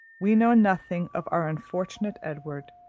we know nothing of our unfortunate edward,